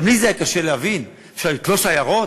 גם לי היה קשה להבין: אפשר לתלוש עיירות?